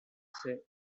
said